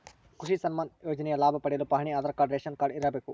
ಕೃಷಿ ಸನ್ಮಾನ್ ಯೋಜನೆಯ ಲಾಭ ಪಡೆಯಲು ಪಹಣಿ ಆಧಾರ್ ಕಾರ್ಡ್ ರೇಷನ್ ಕಾರ್ಡ್ ಇರಬೇಕು